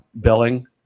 billing